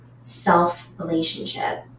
self-relationship